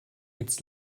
jetzt